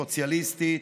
סוציאליסטית,